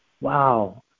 Wow